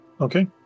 Okay